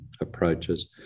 approaches